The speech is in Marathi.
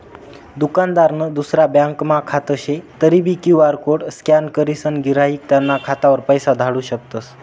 दुकानदारनं दुसरा ब्यांकमा खातं शे तरीबी क्यु.आर कोड स्कॅन करीसन गिराईक त्याना खातावर पैसा धाडू शकतस